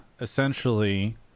essentially